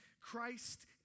Christ